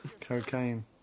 cocaine